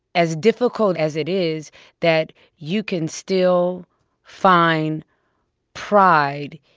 as difficult as it is that you can still find pride,